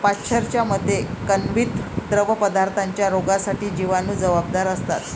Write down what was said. पाश्चरच्या मते, किण्वित द्रवपदार्थांच्या रोगांसाठी जिवाणू जबाबदार असतात